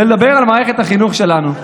ולדבר על מערכת החינוך שלנו.